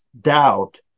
doubt